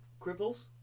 Cripples